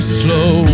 slow